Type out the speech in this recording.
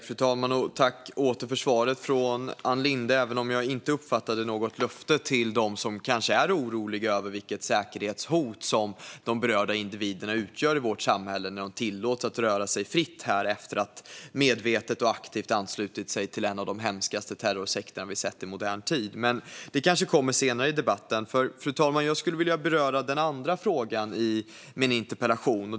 Fru talman! Jag tackar återigen för svaret från Ann Linde, även om jag inte uppfattade något löfte till dem som kanske är oroliga över vilket säkerhetshot de berörda individerna utgör i vårt samhälle när de tillåts att röra sig fritt här efter att medvetet och aktivt ha anslutit sig till en av de hemskaste terrorsekter vi sett i modern tid. Det kanske kommer senare i debatten. Fru talman! Jag skulle vilja beröra den andra frågan i min interpellation.